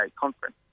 conference